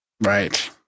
right